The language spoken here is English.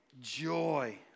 Joy